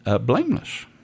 blameless